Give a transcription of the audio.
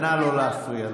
נא לא להפריע.